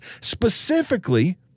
specifically